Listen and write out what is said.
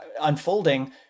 unfolding